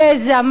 גזע,